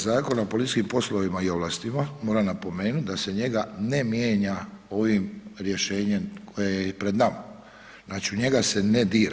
Zakona o policijskim poslovima i ovlastima, moram napomenut da se njega ne mijenja ovim rješenjem koje je i pred nama, znači u njega se ne dira.